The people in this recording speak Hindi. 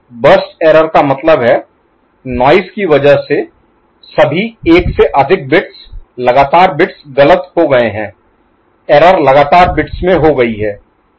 बर्स्ट एरर का मतलब है नॉइज़ की वजह से सभी एक से अधिक बिट्स लगातार बिट्स गलत हो गए हैं एरर Error त्रुटि लगातार बिट्स में हो गई है